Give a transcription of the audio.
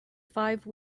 five